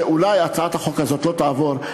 שאולי הצעת החוק הזאת לא תעבור,